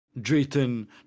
Drayton